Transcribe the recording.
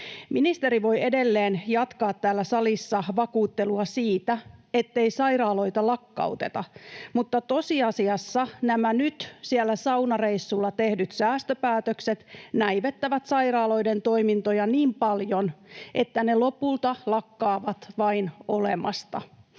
Ministeri voi edelleen jatkaa täällä salissa vakuuttelua siitä, ettei sairaaloita lakkauteta, mutta tosiasiassa nämä nyt, siellä saunareissulla tehdyt säästöpäätökset, näivettävät sairaaloiden toimintoja niin paljon, että ne lopulta lakkaavat vain olemasta.